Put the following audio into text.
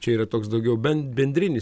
čia yra toks daugiau bent bendrinis